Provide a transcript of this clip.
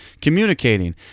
communicating